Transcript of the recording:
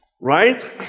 right